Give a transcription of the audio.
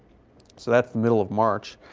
so that's the middle of march.